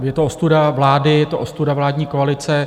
Je to ostuda vlády, je to ostuda vládní koalice.